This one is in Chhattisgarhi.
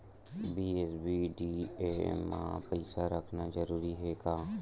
बी.एस.बी.डी.ए मा पईसा रखना जरूरी हे का?